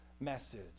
message